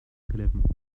prélèvements